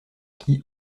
qui